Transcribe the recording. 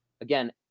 again